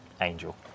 Angel